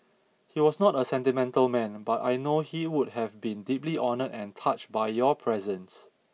he was not a sentimental man but I know he would have been deeply honoured and touched by your presence